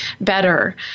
better